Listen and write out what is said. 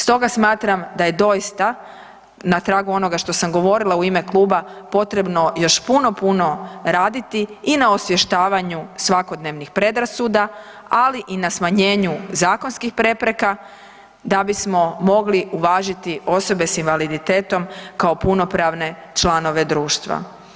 Stoga smatram da je doista na tragu onoga što sam govorila u ime kluba potrebno još puno, puno raditi i na osvještavanju svakodnevnih predrasuda, ali i na smanjenju zakonskih prepreka da bismo mogli uvažiti osobe s invaliditetom kao punopravne članove društva.